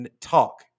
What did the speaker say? talk